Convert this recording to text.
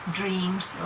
dreams